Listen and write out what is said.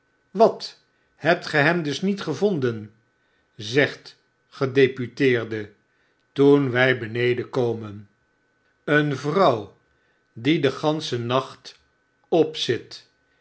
wat hebt ge hem dusnietgevonden zegt gedeputeerde toen wij beneden komen een vrouw die den ganschen nacht